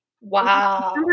Wow